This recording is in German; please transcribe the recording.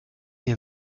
hier